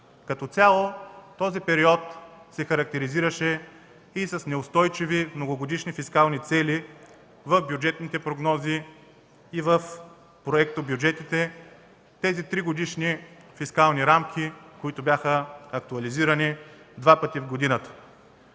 Като цяло този период се характеризираше и с неустойчиви многогодишни фискални цели в бюджетните прогнози и в проектобюджетите с тези тригодишни фискални рамки, които бяха актуализирани два пъти в годината.